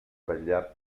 vetllar